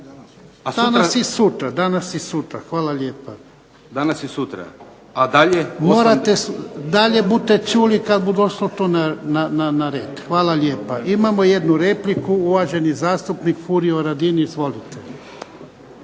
Danas i sutra? A dalje? **Jarnjak, Ivan (HDZ)** Morate. Dalje bute čuli kad bu došlo to na red. Hvala lijepa. Imamo jednu repliku, uvaženi zastupnik Furio Radin. Izvolite.